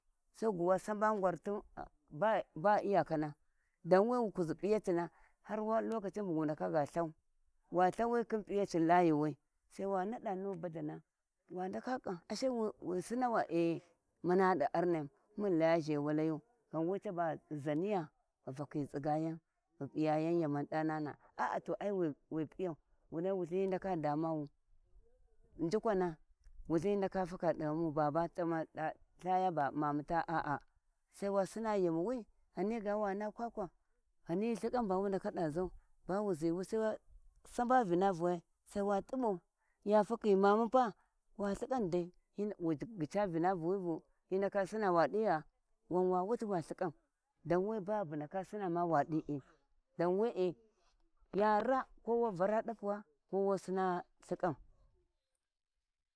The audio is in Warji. Sai gu wa saɓa gwarti ba yau kana dan wu kuzi p`iyatna her wa lokaci bu wu ndaka ga lthau, wa lthivi khin p`iyati layuwi, sai wa nada nu badana wa ndaka ƙam ashe wi sinawa e muna da arnai muu ghi laya zhewaleyu ghanwe caba ghi zaniyo ghi fakhi ghi tsigayan ghi p`iyayau yamau da nana aa to ai wi p`iyau wanai wulthin hi ndaka damabu njukwan wulth hi ndaka take di ghanuu baba damada lthya sai wada sinnau yauwi ghani ghani ga wana kwakwa ghawi lthkama bawuwa ndaka da zau ziwi, sai wa saɓa vinavuwu sawa t`iɓau ya fakhi manu pa wa lhikau dai wu ghica vinavuwivu hi ndaka sina wa di gha wan wa wutiwa lthkau dan we ba ndaka sina ma wa daidan wee yani naa kowo yara dapuwa kowo sina lhinƙam.